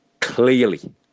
clearly